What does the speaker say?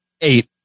eight